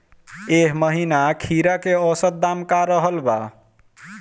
एह महीना खीरा के औसत दाम का रहल बा?